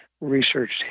researched